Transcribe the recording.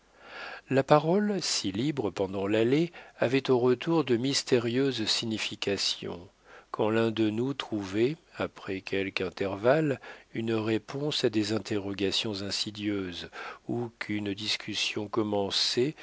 la parole si libre pendant l'aller avait au retour de mystérieuses significations quand l'un de nous trouvait après quelque intervalle une réponse à des interrogations insidieuses ou qu'une discussion commencée